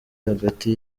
hagati